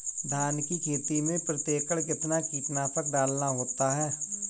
धान की खेती में प्रति एकड़ कितना कीटनाशक डालना होता है?